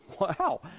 Wow